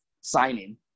signing